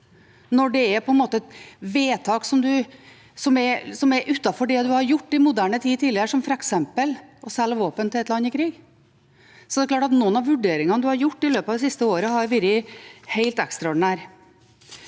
Når det er vedtak som er utenfor det som har vært gjort i moderne tid tidligere, som f.eks. å selge våpen til et land i krig, er det klart at noen av vurderingene man har gjort i løpet av det siste året, har vært helt ekstraordinære.